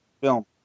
film